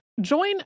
Join